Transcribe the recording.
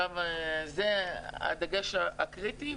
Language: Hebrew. זה הדגש הקריטי,